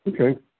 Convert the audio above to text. Okay